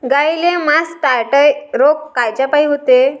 गाईले मासटायटय रोग कायच्यापाई होते?